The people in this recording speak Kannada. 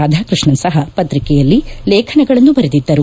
ರಾಧಕೃಷ್ಣನ್ ಸಹ ಪತ್ರಿಕೆಯಲ್ಲಿ ಲೇಖನಗಳನ್ನು ಬರೆದಿದ್ದರು